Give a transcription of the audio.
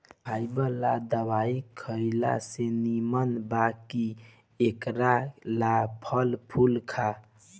fibre ला दवाई खएला से निमन बा कि एकरा ला फल फूल खा